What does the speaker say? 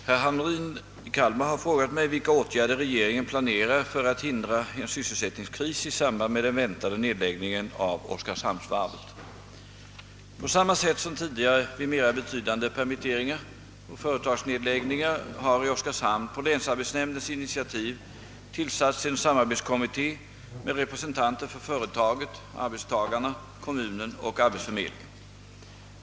Herr talman! Herr Hamrin i Kalmar har frågat mig vilka åtgärder regeringen planerar för att hindra en sysselsättningskris i samband med den väntade nedläggningen av Oskarshamnsvarvet. På samma sätt som tidigare vid mera betydande permitteringar och företagsnedläggningar har i Oskarshamn på länsarbetsnämndens «initiativ tillsatts en samarbetskommitté med representanter för företaget, arbetstagarna, kommunen och arbetsförmedlingen.